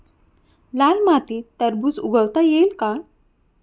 लाल मातीत टरबूज उगवता येईल का?